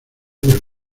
del